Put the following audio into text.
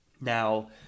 now